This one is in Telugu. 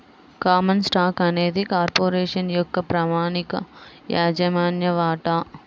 కామన్ స్టాక్ అనేది కార్పొరేషన్ యొక్క ప్రామాణిక యాజమాన్య వాటా